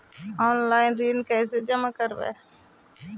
Online ऋण कैसे जमा करी?